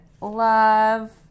love